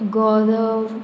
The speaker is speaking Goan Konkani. गोरव